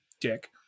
dick